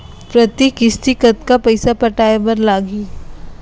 प्रति किस्ती कतका पइसा पटाये बर लागही?